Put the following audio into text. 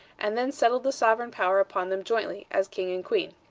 and then settled the sovereign power upon them jointly, as king and queen.